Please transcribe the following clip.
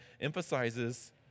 emphasizes